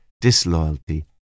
disloyalty